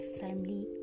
family